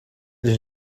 dich